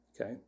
Okay